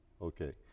Okay